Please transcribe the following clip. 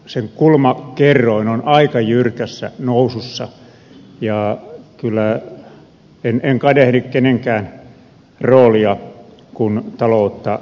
tämän tunnusluvun kulmakerroin on aika jyrkässä nousussa enkä kadehdi kenenkään roolia kun taloutta tasapainotetaan